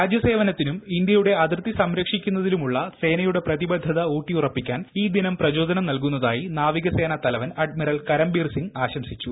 രാജ്യസേവനത്തിനും ഇന്ത്യയുടെ അതിർത്തി സംരക്ഷിക്കുന്നതിലുമുള്ള സേനയുടെ പ്രതീബദ്ധത ഊട്ടിയുറപ്പിക്കാൻ ഈ ദിനം പ്രചോദനം നൽകുന്നത്യിൽ നാവികസേനാ തലവൻ അഡ്മിറൽ കരംബീർ സിംഗ് ആശ്സിച്ചു